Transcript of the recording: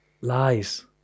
lies